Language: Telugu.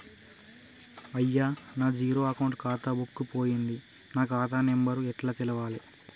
అయ్యా నా జీరో అకౌంట్ ఖాతా బుక్కు పోయింది నా ఖాతా నెంబరు ఎట్ల తెలవాలే?